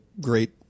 great